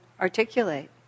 articulate